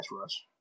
rush